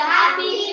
happy